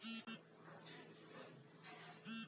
कर्जाचा फारम भरासाठी मले बँकेतून पुरी मायती भेटन का?